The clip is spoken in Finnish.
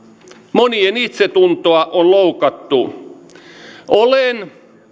monien itsetuntoa on loukattu minä olen